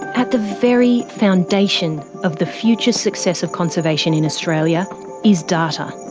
at the very foundation of the future success of conservation in australia is data.